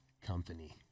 company